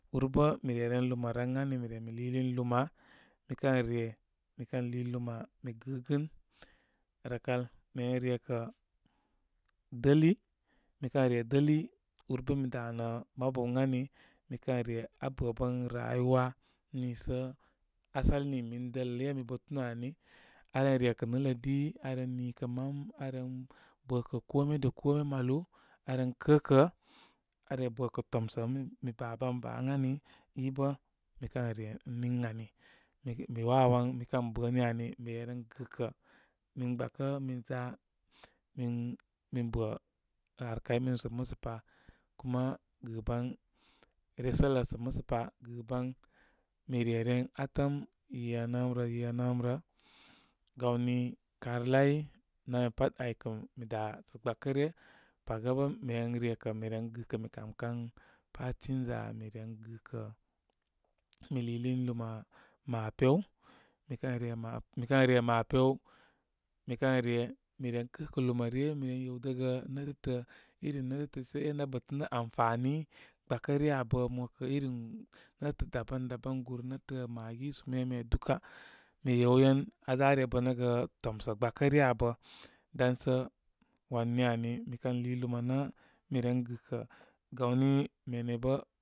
Urbə mi reren luma rə ən ani mi lulun luma. Mi kən re mikən luluna, mi gigin rəkal mi ren ikə leli. Mi kən re deli urbə mi danə mabu ən ani. Mi kən re aa bəbən rayuwa nisə asali nii min dəl iyə mi bətunu ani. Aren rekə nɨl lə di. Aren nu kə mam. Aren kə kə. Aren bəkə tomsə. Mi baban baa ən anin bə mikən re ən niŋ ani. Mi wawowan mikən bə ni ani mi reren gɨkə min gbakə min za min bə harkai minu musəpa. Kuma gɨban, resələ sə musə pa, gɨban mi renen atəm yenəmrə, yenəmrə. Gawai karlai, namya pat aykə mi dá sə gbakə ryə paga bə min ren nekə mi ren gɨkə mi kamkan passenger mi na gɨka. Mi lulin huna mapea, mi kən re mapeə mikən re mapea mikən re mi ren kə kə lunin ryə, mi ren yewdəgə netətə iri ne tətə sə én abətənə amfani gbakə ryə abə mokə iri netə daban daban gur netə maggi su meme duka. Mi yewyen aza are bənəgə tomsə gbakə ryə abə, dan sə wan ni ani. Mikən lii lúma nə miren gɨkə gawni mene bəi